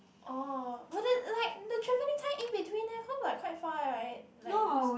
orh but the like the traveling time in between eh cause like quite far eh like that like there's